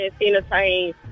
entertain